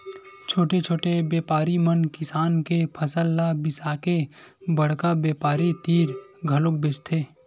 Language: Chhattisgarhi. छोटे छोटे बेपारी मन किसान के फसल ल बिसाके बड़का बेपारी तीर घलोक बेचथे